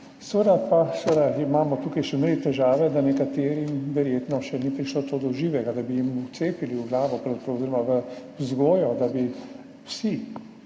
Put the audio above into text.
Seveda pa imamo tukaj še zmeraj težave, da nekaterim verjetno še ni prišlo do živega, da bi jim vcepili v glavo oziroma v vzgojo, da bi vsi